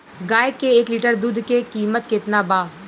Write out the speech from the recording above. गाय के एक लीटर दुध के कीमत केतना बा?